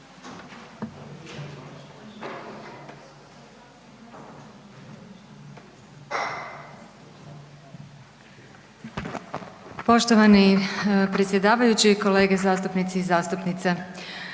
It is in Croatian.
Poštovani predsjedavajući, kolege zastupnici i zastupnice,